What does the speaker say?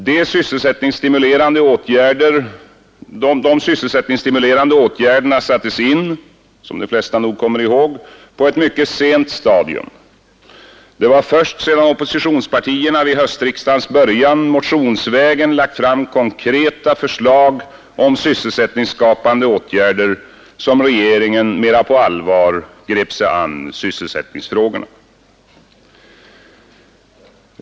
De sysselsättningsstimulerande åtgärderna sattes in — som de flesta nog kommer ihåg — på ett mycket sent stadium. Det var först sedan oppositionspartierna vid höstriksdagens början motionsvägen lagt fram konkreta förslag om sysselsättningsskapande åtgärder som regeringen mera på allvar grep sig an sysselsättningsfrågorna.